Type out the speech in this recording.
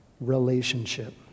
relationship